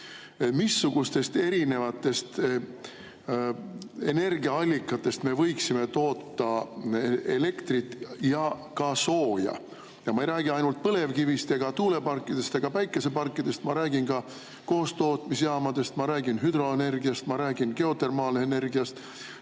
missugustest erinevatest energiaallikatest me võiksime toota elektrit ja ka sooja? Ma ei räägi ainult põlevkivist ega tuuleparkidest ega päikeseparkidest, ma räägin ka koostootmisjaamadest, ma räägin hüdroenergiast, ma räägin geotermaalenergiast.